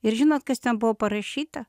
ir žinot kas ten buvo parašyta